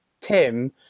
tim